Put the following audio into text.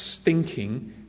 stinking